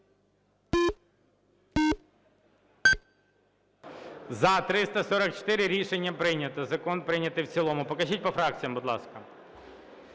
За-344 Рішення прийнято. Закон прийнятий в цілому. Покажіть по фракціям, будь ласка.